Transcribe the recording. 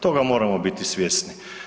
Toga moramo biti svjesni.